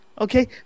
Okay